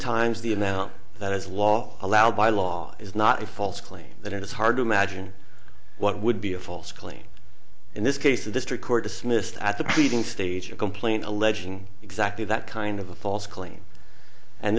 times the amount that is law allowed by law is not a false claim that it is hard to imagine what would be a false claim in this case the district court dismissed at the pleading stage your complaint alleging exactly that kind of a false claim and